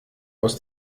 aus